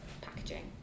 packaging